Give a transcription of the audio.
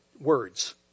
words